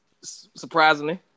surprisingly